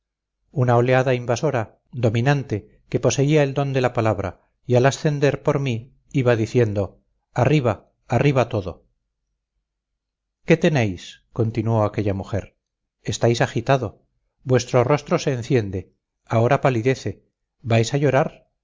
una oleada invasora dominante que poseía el don de la palabra y al ascender por mí iba diciendo arriba arriba todo qué tenéis continuó aquella mujer estáis agitado vuestro rostro se enciende ahora palidece vais a llorar